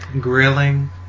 Grilling